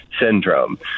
syndrome